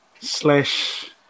slash